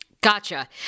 Gotcha